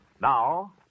Now